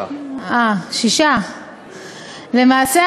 4. 6. למעשה,